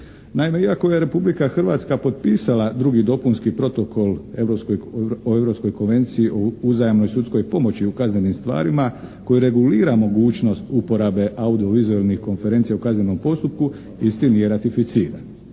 Naime iako je Republika Hrvatska potpisala drugi dopunski protokol europskoj, o Europskoj konvenciji o uzajamnoj sudskoj pomoći u kaznenim stvarima koji regulira mogućnost uporabe audio vizualnih konferencija u kaznenom postupku isti nije ratificiran.